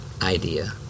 idea